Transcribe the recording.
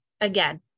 again